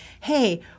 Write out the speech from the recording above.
hey